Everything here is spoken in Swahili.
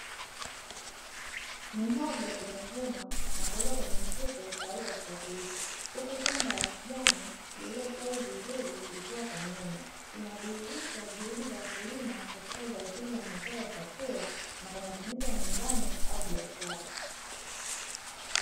Mihogo Imevunwa na kuwekwa kwenye mifuko tayari kwa kusafirishwa, huku shamba la kijani lililostawi vizuri likiwa kwa nyuma inadhihirisha juhudi za wakulima katika uzalishaji wa mazao ya chakula na kwa matumizi ya nyumbani au biashara.